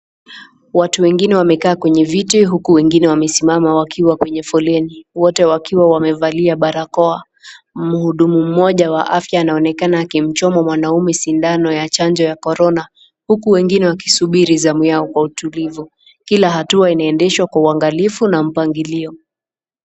Watu wengine wamekaa kwenye viti uku wengine wamesimama wakiwa kwenye foleni, wote wakiwa wamevalia barakoa. Mhudumu mmoja wa afya anaonekana akimchoma mwanaume sindano ya chanjo ya Corona uku wengine wakisubiri zamu yao kwa utulivu. Kila hatua inaendeshwa kwa uangalifu na mpangilio.